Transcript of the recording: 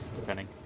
depending